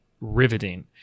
riveting